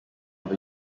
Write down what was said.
have